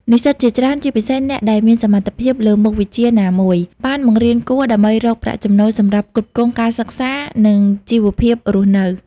និស្សិតជាច្រើន ជាពិសេសអ្នកដែលមានសមត្ថភាពលើមុខវិជ្ជាណាមួយ បានបង្រៀនគួរដើម្បីរកប្រាក់ចំណូលសម្រាប់ផ្គត់ផ្គង់ការសិក្សា និងជីវភាពរស់នៅ។